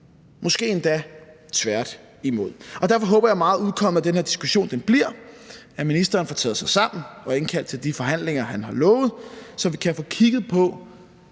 måske endda tværtimod. Derfor håber jeg meget, at udkommet af den her diskussion bliver, at ministeren får taget sig sammen og indkalder til de forhandlinger, han har lovet, så vi kan få kigget på,